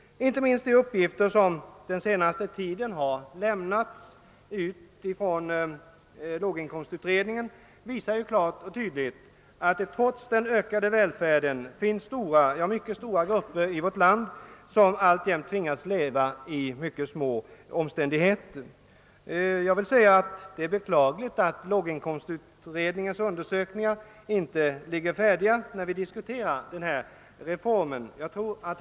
Inte minst de uppgifter som den se naste tiden har lämnats ut av låginkomstutredningen visar att det trots vår ökade välfärd finns mycket stora grupper här i landet som alltjämt tvingas leva i mycket små omständigheter. Det är beklagligt att låginkomstutredningen inte är klar med sina undersökningar när vi nu diskuterar denna skattereform.